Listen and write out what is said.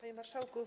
Panie Marszałku!